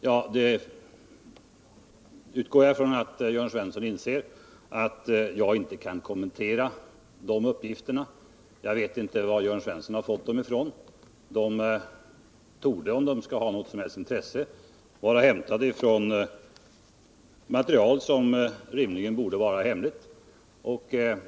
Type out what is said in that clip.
Jag utgår ifrån att Jörn Svensson inser att jag inte kan kommentera de uppgifterna. Jag vet inte varifrån Jörn Svensson har fått dem. De torde vara hämtade från material som rimligen borde vara hemligt.